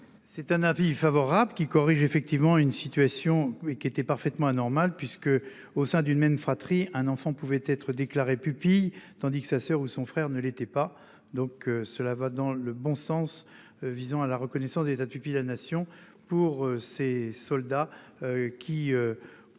C'est un avis favorable qui corrige effectivement une situation mais qui était parfaitement anormal puisque au sein d'une même fratrie un enfant pouvait être déclarée pupille tandis que sa soeur ou son frère ne l'était pas. Donc cela va dans le bon sens visant à la reconnaissance de l'État pupille de la nation, pour ses soldats. Qui. Ont